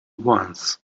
once